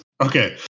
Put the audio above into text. Okay